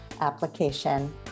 application